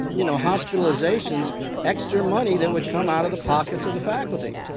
you know, hospitalizations extra money that would come out of the pockets of the faculty.